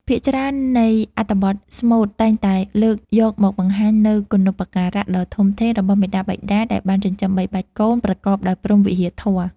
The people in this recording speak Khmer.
ភាគច្រើននៃអត្ថបទស្មូតតែងតែលើកយកមកបង្ហាញនូវគុណូបការៈដ៏ធំធេងរបស់មាតាបិតាដែលបានចិញ្ចឹមបីបាច់កូនប្រកបដោយព្រហ្មវិហារធម៌